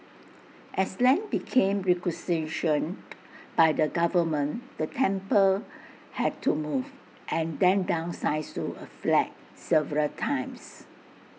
as land became requisitioned by the government the temple had to move and then downsize to A flat several times